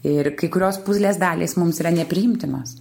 ir kai kurios pūzlės dalys mums yra nepriimtinos